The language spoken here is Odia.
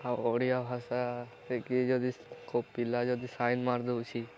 ଆଉ ଓଡ଼ିଆ ଭାଷା ହେଇକି ଯଦି କେଉଁ ପିଲା ଯଦି ସାଇନ୍ ମାରଦଉଛି